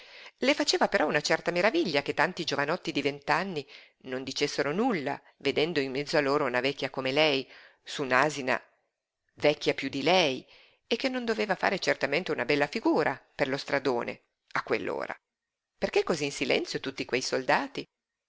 le faceva però una certa meraviglia che tanti giovinotti di vent'anni non dicessero nulla vedendo in mezzo a loro una vecchia come lei su un'asina vecchia piú di lei che non doveva fare certamente una bella figura per lo stradone a quell'ora perché cosí in silenzio tutti quei soldati